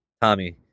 Tommy